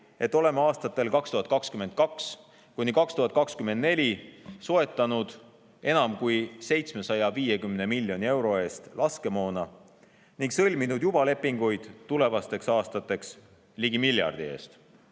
et oleme aastatel 2022–2024 soetanud enam kui 750 miljoni euro eest laskemoona ning sõlminud juba lepinguid tulevasteks aastateks ligi miljardi eest.